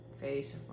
face